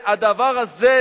והדבר הזה,